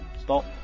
Stop